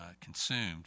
consumed